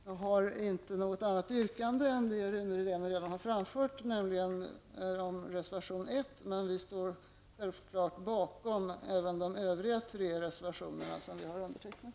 Jag har inte något annat yrkande än det Rune Rydén redan har framfört, nämligen om bifall till reservation 1, men vi står självfallet bakom även de övriga tre reservationer som vi har avgivit.